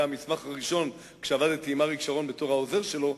זה היה המסמך הראשון שכשעבדתי עם אריק שרון בתור העוזר שלו,